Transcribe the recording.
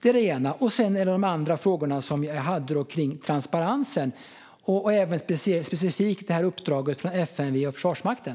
Sedan är det de andra frågorna som jag hade kring transparensen och, specifikt, uppdraget från FMV och Försvarsmakten.